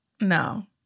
no